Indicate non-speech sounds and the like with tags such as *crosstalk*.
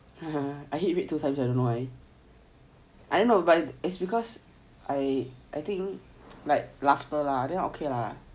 *laughs* I hate red too sia I don't know but it's because I I think like laughter lah then okay lah